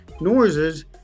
noises